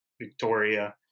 Victoria